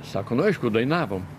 sako nu aišku dainavom